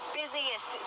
busiest